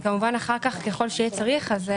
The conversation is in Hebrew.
וכמובן אחר כך ככל שיהיה צריך,